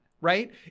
Right